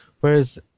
Whereas